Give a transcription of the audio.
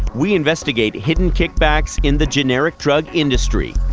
we investigate hidden kickbacks in the generic drug industry.